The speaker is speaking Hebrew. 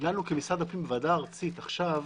שלנו כמשרד הפנים ועדה ארצית עכשיו,